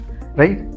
right